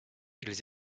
ils